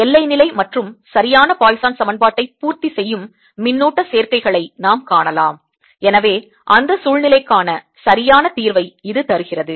எல்லை நிலை மற்றும் சரியான பாய்சான் சமன்பாட்டை பூர்த்தி செய்யும் மின்னூட்ட சேர்க்கைகளை நாம் காணலாம் எனவே அந்த சூழ்நிலைக்கான சரியான தீர்வை இது தருகிறது